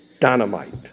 dynamite